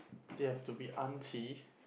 they have to be auntie